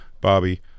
Bobby